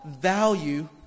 value